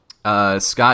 Scott